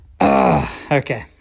Okay